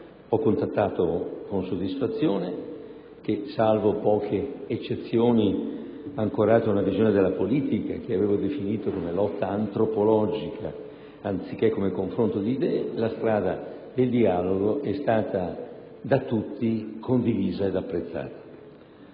ho constatato con soddisfazione che, salvo poche eccezioni, ancorate ad una visione della politica che avevo definito come lotta antropologica, anziché come confronto di idee, la strada del dialogo è stata da tutti condivisa e apprezzata.